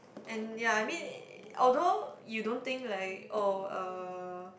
and ya I mean although you don't think like oh uh